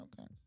Okay